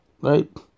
Right